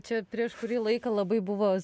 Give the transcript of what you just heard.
čia prieš kurį laiką labai buvo